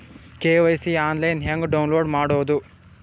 KYC online ಹೆಂಗ್ download ಮಾಡೋದು?